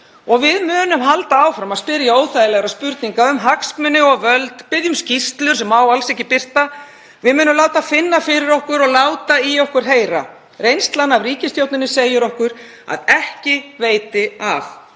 Við munum halda áfram að spyrja óþægilegra spurninga um hagsmuni og völd, biðja um skýrslur sem má alls ekki birta. Við munum láta finna fyrir okkur og láta í okkur heyra. Reynslan af ríkisstjórninni segir okkur að ekki veiti af.